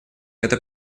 это